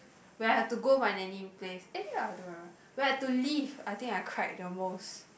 when I had to go my nanny place eh ah I don't remember when I had to leave I think I cried the most